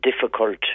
difficult